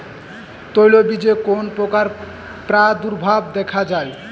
তৈলবীজে কোন পোকার প্রাদুর্ভাব দেখা যায়?